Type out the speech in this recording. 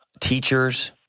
teachers